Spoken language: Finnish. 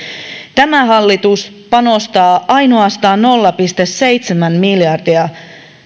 tämä hallitus panostaa ainoastaan nolla pilkku seitsemän miljardia